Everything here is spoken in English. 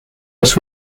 was